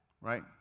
Right